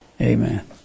Amen